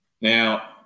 Now